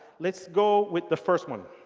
let's go with the first one.